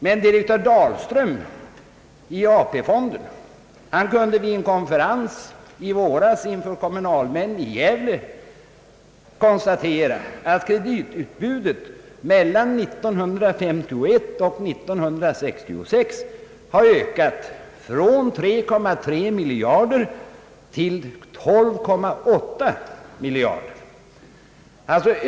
Men direktör Dahlström i AP-fonden kunde vid en konferens i våras inför kommunalmän i Gävle konstatera att kreditutbudet mellan 1951 och 1966 har ökat från 3,3 miljarder till 12,8 miljarder kronor.